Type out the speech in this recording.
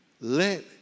let